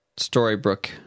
Storybrooke